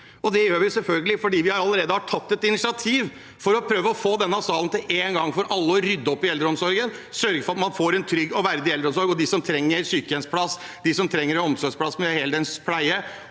Det gjør vi selvfølgelig fordi vi allerede har tatt et initiativ til å prøve å få denne salen til en gang for alle å rydde opp i eldreomsorgen – å sørge for at man får en trygg og verdig eldreomsorg, og at de som trenger sykehjemsplass, de som trenger omsorgsplasser med heldøgns pleie,